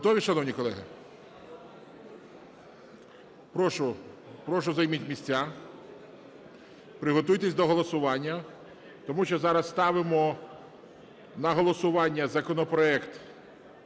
Готові, шановні колеги? Прошу, прошу займіть місця. Приготуйтесь до голосування, тому що зараз ставимо на голосування законопроект